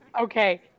Okay